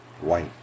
white